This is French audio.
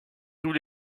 tous